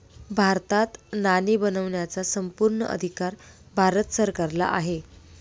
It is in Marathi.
भारतात नाणी बनवण्याचा संपूर्ण अधिकार भारत सरकारला आहे